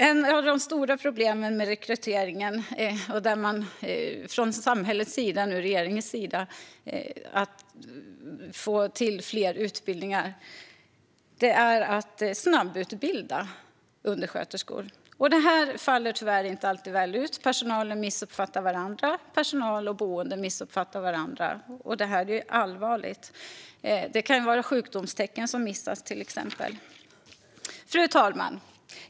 Ett av de stora problemen med rekryteringen är den snabbutbildning av undersköterskor som regeringen infört. Det faller inte alltid väl ut. Personalen missuppfattar varandra, och personal och boende missuppfattar varandra, vilket är allvarligt. Till exempel kan sjukdomstecken missas. Fru talman!